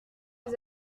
les